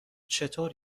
چطور